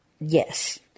Yes